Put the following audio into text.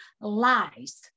lies